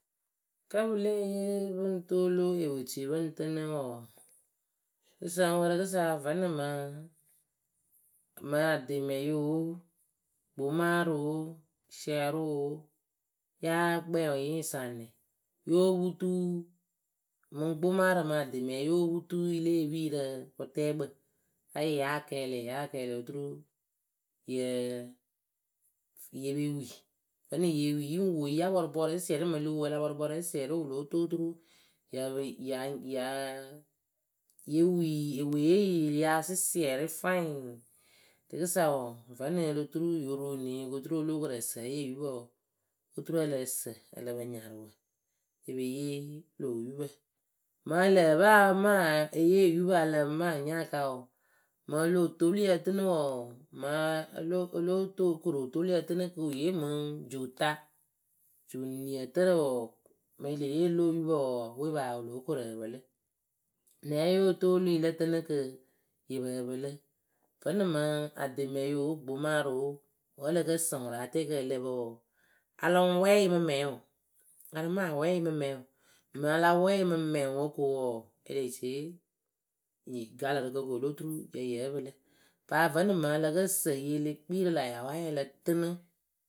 Kǝ́ pɨ lée yee pɨ ŋ toolu ewetui pɨ ŋ tɨnɨ wɔɔ, sɨsǝŋwǝ rɨkɨsa vǝ́nɨŋ mɨŋ, mɨ ademɛyoo, gbomarɔo, siɛroo, yáa kpɛɛwɨ yɨ ŋ saŋ nɛ? Yóo putuu, mɨŋ gbomarǝ mɨ ademɛɛ yóo putu yɨle pii rɨ wɨtɛɛkpǝ, anyɩ ya kɛɛlɩ ya kɛɛlɩ oturuu yǝǝ, ye pe wi. Vǝ́nɨŋ ye wi yɨ ŋ wo yɨ la pɔrʊ bɔɔrǝ sɩsiɛrɩ, mɨŋ o lo wo a la pɔɔrʊ bɔɔrǝ sɩsiɛrɩ wɨ lóo toŋ oturu ya pe ya yaa, ye wii eweye yɨ yaa sɨsiɛrɩ fwaɩŋ, rɨkɨsa wɔɔ vǝ́nɨŋ o lo turu yo ro enii ko oturu o lóo koru ǝsǝ yee yupǝ wɔɔ, oturu ǝ lǝh sǝ ǝ lǝ pǝ nyarɨwǝ e pe yee lö oyupǝ. Mɨŋ ǝ lǝǝ pɨ a maa eyee yupǝ a lɨŋ maa nya aka wɔɔ, mɨŋ o loh toolui ǝtɨnɨ wɔɔ, mɨɨ o lo o lóo to koru otoolui ǝtɨnɨ kɨ wɨ yee mɨŋ juuta. Juuniǝtǝrǝ wɔɔ, mɨ e lee yee rɨlo oyupǝ wɔɔ, we paa wɨ lóo koru ǝpɨlɨ Nɛ ǝ yóo toolui lǝ tɨnɨ kɨ yɨ pǝǝ pɨlɨ? Vǝ́nɨŋ mɨŋ ademɛyoo, gbomaroo wǝ́ ǝ lǝ kǝ sǝ ŋwɨ rɨ atɛɛkǝ lǝ pǝ wɔɔ, a lɨŋ wɛɛɩ mɨ mɛɛʊŋ a lɨŋ maa awɛɛɩ mɨ mɛɛʊŋ mɨ a la wɛɛ yɨ mɨ mɛŋwǝ ko wɔɔ, e lee ci eyee, e gaalǝǝrɨkǝ ko o lóo turu yei yǝ́ǝ pɨlɨ. Paa vǝ́nɨŋ mɨ ǝ lǝ kǝ sǝ yɨ e le kpii rɨ lä yawayǝ ǝ lǝ tɨnɨ